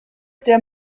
der